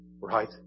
right